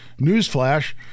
newsflash